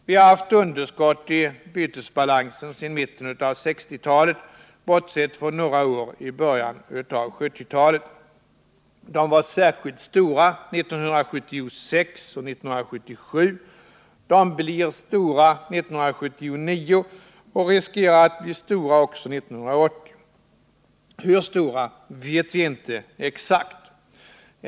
Vi har haft underskott i vår bytesbalans sedan mitten av 1960-talet, bortsett från några år i början av 1970-talet. De var särskilt stora 1976 och 1977. De blir stora 1979 och riskerar att bli stora också 1980. Hur stora vet vi inte exakt.